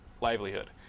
Livelihood